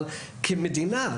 אבל כמדינה,